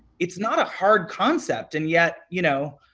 it's not a hard concept and, yet, you know,